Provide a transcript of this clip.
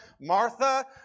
Martha